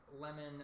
lemon